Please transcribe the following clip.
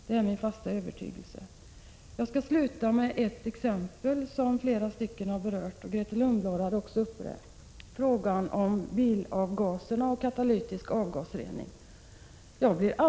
Låt mig till sist ta upp en fråga som berörts av flera talare, bl.a. Grethe Lundblad, nämligen katalytisk rening av bilavgaser.